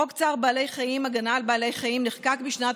חוק צער בעלי חיים (הגנה על בעלי חיים) נחקק בשנת